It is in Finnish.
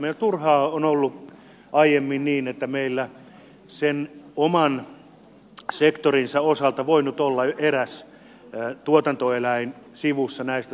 meillä turhaan on ollut aiemmin niin että meillä on sen oman sektorinsa osalta voinut olla eräs tuotantoeläin sivussa näistä samoista palveluista